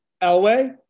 Elway